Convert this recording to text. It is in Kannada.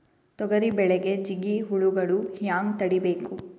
ತೊಗರಿ ಬೆಳೆಗೆ ಜಿಗಿ ಹುಳುಗಳು ಹ್ಯಾಂಗ್ ತಡೀಬೇಕು?